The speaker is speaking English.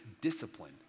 discipline